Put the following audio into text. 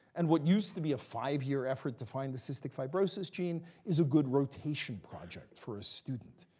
and what used to be a five year effort to find the cystic fibrosis gene is a good rotation project for a student.